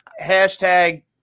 Hashtag